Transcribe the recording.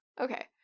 Okay